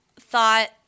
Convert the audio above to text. thought